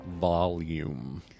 Volume